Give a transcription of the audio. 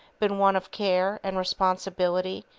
been one of care, and responsibility,